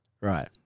Right